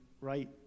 right